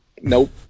nope